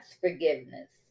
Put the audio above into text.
forgiveness